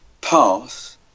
pass